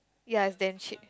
ya it's damn cheap